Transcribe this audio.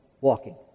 Walking